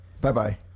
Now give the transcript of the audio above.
Bye-bye